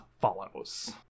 follows